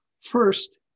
First